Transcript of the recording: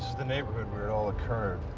the neighborhood where it all occurred.